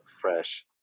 fresh